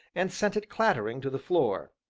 and sent it clattering to the floor.